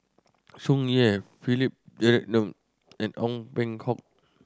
Tsung Yeh Philip Jeyaretnam and Ong Peng Hock